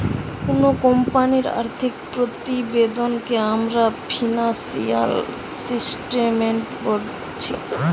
কুনো কোম্পানির আর্থিক প্রতিবেদনকে আমরা ফিনান্সিয়াল স্টেটমেন্ট বোলছি